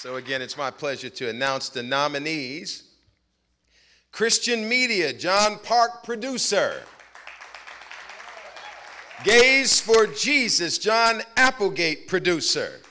so again it's my pleasure to announce the nominees christian media john park producer gays for jesus john applegate producer